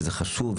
זה חשוב,